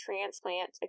transplant